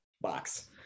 box